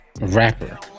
rapper